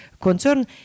concern